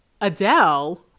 Adele